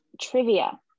Trivia